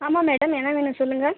ஆமாம் மேடம் என்ன வேணும் சொல்லுங்கள்